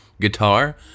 guitar